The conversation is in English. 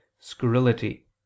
scurrility